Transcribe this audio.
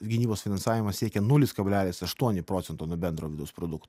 gynybos finansavimas siekė nulis kablelis aštuoni procento nuo bendro vidaus produk